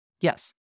Yes